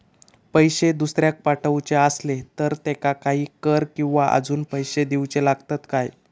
पैशे दुसऱ्याक पाठवूचे आसले तर त्याका काही कर किवा अजून पैशे देऊचे लागतत काय?